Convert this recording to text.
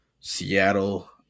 Seattle